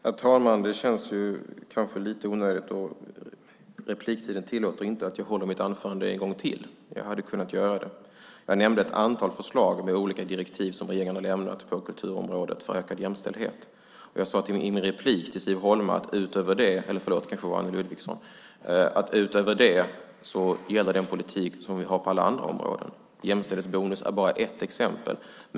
Herr talman! Det känns kanske lite onödigt - och repliktiden tillåter det inte - att jag håller mitt anförande en gång till. Jag hade kunnat göra det. Jag nämnde ett antal förslag med olika direktiv som regeringen har lämnat på kulturområdet för ökad jämställdhet. Jag sade i min replik till Anne Ludvigsson att utöver det gäller den politik som vi har på alla andra områden. Jämställdhetsbonus är bara ett exempel.